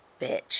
bitch